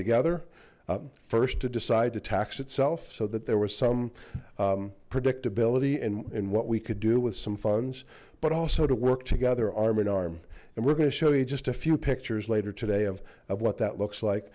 together first to decide to tax itself so that there was some predictability in what we could do with some funds but also to work together arm in arm and we're going to show you just a few pictures later today of what that looks like